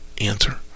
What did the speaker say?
answer